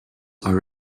are